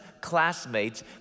classmates